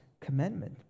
commandment